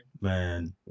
man